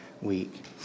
week